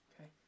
Okay